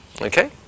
okay